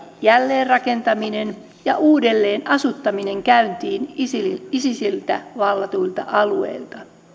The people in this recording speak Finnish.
jälleenrakentaminen ja uudelleenasuttaminen käyntiin isisiltä vallatuilla alueilla